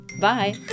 Bye